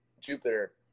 Jupiter